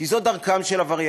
כי זו דרכם של עבריינים.